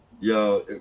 Yo